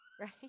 right